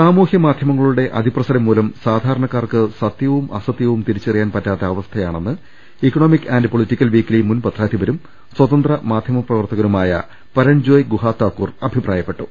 സാമൂഹ്യ മാധ്യമങ്ങളുടെ അതിപ്രസരംമൂലം സാധാര ണക്കാർക്ക് സത്യവും അസത്യവും തിരിച്ചറിയാൻ പറ്റാത്ത അവസ്ഥയാണെന്ന് ഇക്കണോമിക് ആന്റ് പൊളിറ്റിക്കൽ വീക്ക്ലി മുൻ പത്രാധിപരും സ്വതന്ത്ര മാധ്യമ പ്രവർത്ത കനുമായ പരൺജോയ് ഗുഹാതാക്കൂർ അഭിപ്രായപ്പെട്ടു